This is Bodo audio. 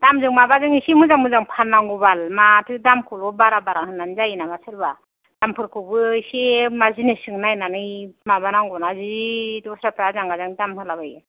दामजों माबाजों एसे मोजां मोजां फाननांगौबाल माथो दामखौल' बारा बारा होननानै जायो नामा सोरबा दामफोरखौबो एसे मा जिनिसजों नायनानै माबानांगौना जि दस्राफ्रा आजां गाजां दाम होला बायो